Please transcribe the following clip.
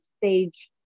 stage